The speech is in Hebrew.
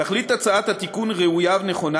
תכלית הצעת התיקון היא ראויה ונכונה,